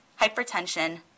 hypertension